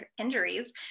injuries